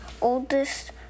oldest